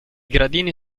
gradini